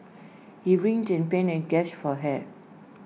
he writhed in pain and gasped for air